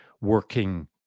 working